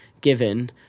given